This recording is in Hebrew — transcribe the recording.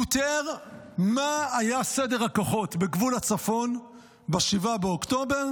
הוא תיאר מה היה סדר הכוחות בגבול הצפון ב-7 באוקטובר